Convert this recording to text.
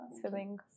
Swimming